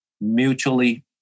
mutually